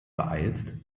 beeilst